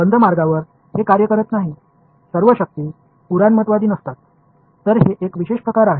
இது ஒரு மூடிய பாதையில் எந்த வேலையும் செய்யாது மற்றும் அனைத்து போர்ஸஸ்களும் கன்சர்வேட்டிவ் அல்ல எனவே இது ஒரு சிறப்பான விஷயம்